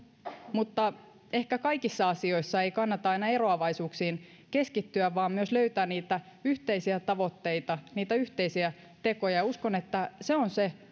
mutta ehkä kaikissa asioissa ei kannata aina eroavaisuuksiin keskittyä vaan myös löytää niitä yhteisiä tavoitteita niitä yhteisiä tekoja ja uskon että se on se